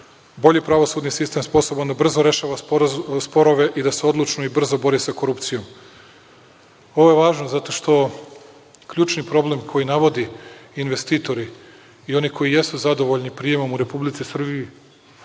bolji pravosudni sistem, sposoban da brzo rešava sporove i da se odlučno i brzo bori sa korupcijom. Ovo je važno zato što ključni problem koji navode investitori i oni koji jesu zadovoljni prijemom u Republici Srbiji